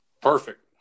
Perfect